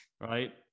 right